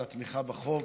על התמיכה בחוק,